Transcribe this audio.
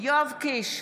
יואב קיש,